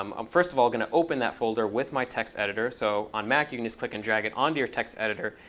um i'm first of all going to open that folder with my text editor. so on mac, you can just click and drag it onto your text editor.